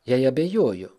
jei abejoju